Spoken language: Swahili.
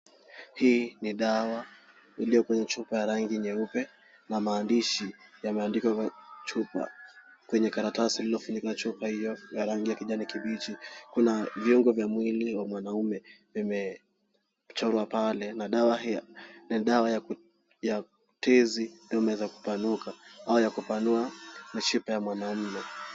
Hii ni dawa iliyo kwenye chupa ya rangi nyeupe na maandishi yameandikwa kwenye chupa, kwenye karatasi iliyo funika chupa hiyo ya rangi ya kijani kibichi. Kuna viungo vya mwili wa mwanaume vimechorwa pale na dawa ya kutezi au ya kupanua mishapa ya mwanaume.